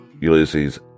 Ulysses